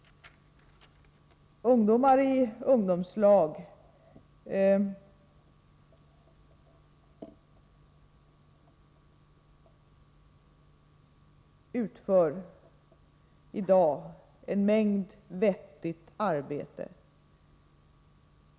Ungdomarna i ungdomslag utför i dag en mängd vettigt arbete.